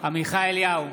עמיחי אליהו,